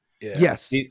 Yes